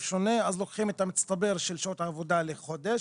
שונה אז לוקחים את המצטבר של שעות עבודה לחודש,